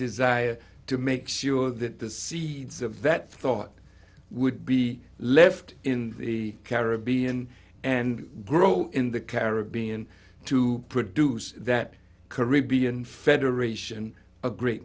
desire to make sure that the seeds of that thought would be left in the caribbean and grow in the caribbean to produce that caribbean federation a great